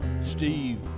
Steve